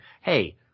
hey